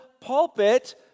pulpit